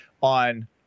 on